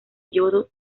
yodo